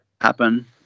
happen